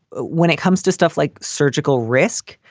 when it comes to stuff like surgical risk,